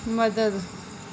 मदद